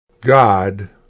God